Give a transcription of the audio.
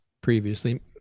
previously